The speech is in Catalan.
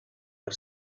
per